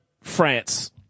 France